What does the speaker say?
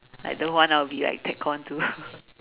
like the one I will be like tagged on to